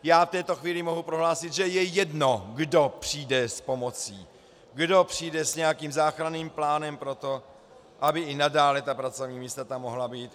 Já v této chvíli mohu prohlásit, že je jedno, kdo přijde s pomocí, kdo přijde s nějakým záchranným plánem pro to, aby i nadále ta pracovní místa tam mohla být.